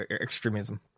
extremism